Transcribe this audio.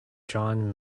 john